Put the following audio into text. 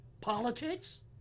Politics